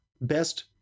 best